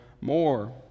more